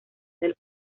del